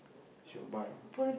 she will buy one